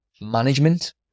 management